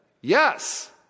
Yes